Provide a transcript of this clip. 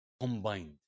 combined